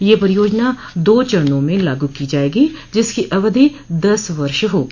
यह परियोजना दो चरणों में लागू की जायेगी जिसकी अवधि दस वर्ष होगी